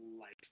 life